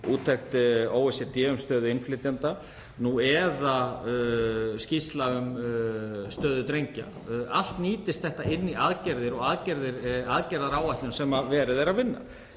úttekt OECD um stöðu innflytjenda nú eða skýrsla um stöðu drengja — allt nýtist þetta inn í aðgerðir og aðgerðaáætlun sem verið er að vinna.